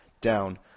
down